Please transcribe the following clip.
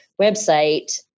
website